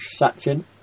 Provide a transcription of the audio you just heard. Sachin